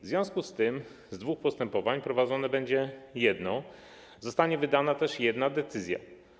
W związku z tym z dwóch postępowań prowadzone będzie jedno, zostanie wydana też jedna decyzja.